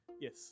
Yes